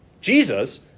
Jesus